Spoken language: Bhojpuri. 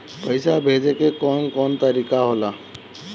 पइसा भेजे के कौन कोन तरीका होला?